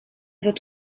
wird